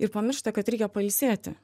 ir pamiršta kad reikia pailsėti